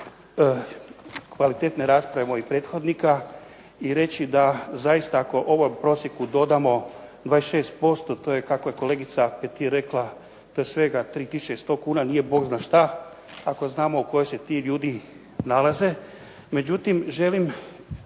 kvalitetne rasprave mojih prethodnika i reći da zaista ako ovom prosjeku dodamo 26%, to je kako je kolegica Petir rekla to je svega 3100 kuna, nije bogzna šta, ako znamo u kojoj se ti ljudi nalaze. Međutim, želim